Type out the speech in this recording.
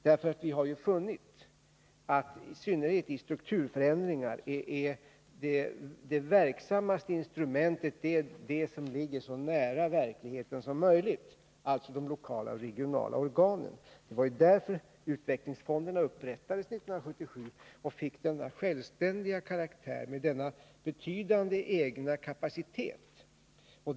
Vi har nämligen funnit att det, i synnerhet när det gäller strukturförändringar, verksammaste instrumentet är det som ligger så nära verkligheten som möjligt — alltså de lokala och regionala organen. Det var ju därför som utvecklingsfonderna upprättades 1977 och fick sin självständiga karaktär med betydande egen kapacitet.